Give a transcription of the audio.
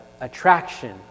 attraction